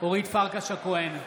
אורית פרקש הכהן,